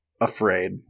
afraid